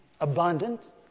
abundant